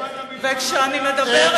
במלחמה, כשאני מדברת על,